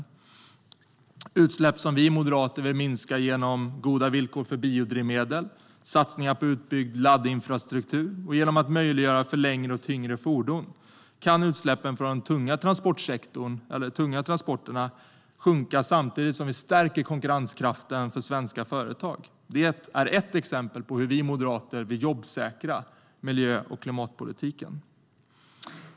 Det är utsläpp som vi moderater vill minska, bland annat genom goda villkor för biodrivmedel och satsningar på utbyggd laddinfrastruktur. Genom att möjliggöra för längre och tyngre fordon kan utsläppen från de tunga transporterna sjunka samtidigt som vi stärker konkurrenskraften för svenska företag. Det är ett exempel på hur vi vill jobbsäkra miljö och klimatpolitiken.